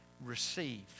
receive